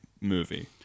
movie